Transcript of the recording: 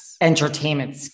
entertainment